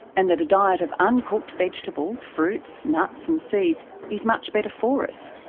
and that a diet of uncooked vegetables, fruit, nuts and seeds is much better for us.